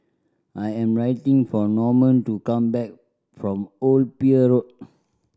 I am waiting for Norman to come back from Old Pier Road